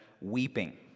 weeping